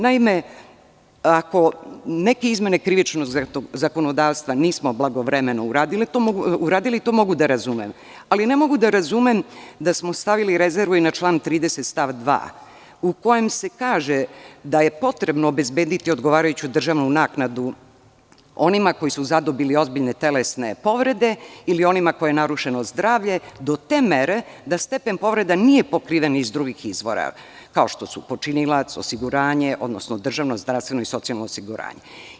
Naime, ako neke izmene krivičnog zakonodavstva nismo blagovremeno uradili, to mogu da razumem, ali ne mogu da razumem da smo stavili rezervu i na član 30. stav 2, u kojem se kaže da je potrebno obezbediti odgovarajuću državnu naknadu onima koji su zadobili ozbiljne telesne povrede ili onima kojima je narušeno zdravlje, do te mere da stepen povrede nije pokriven iz drugih izvora, kao što su počinilac, osiguranje, odnosno državno, zdravstveno i socijalno osiguranje.